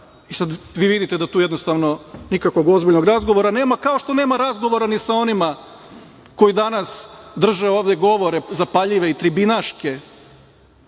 Sada vi vidite da tu jednostavno nikakvog ozbiljnog razgovora nema, kao što nema razgovora ni sa onima koji danas drže ovde govore zapaljive i tribinaške,